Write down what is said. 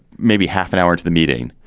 maybe half an hour into the meeting,